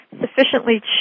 sufficiently